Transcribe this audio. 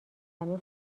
زمین